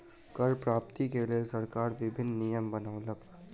कर प्राप्ति के लेल सरकार विभिन्न नियम बनौलक